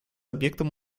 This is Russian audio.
объектом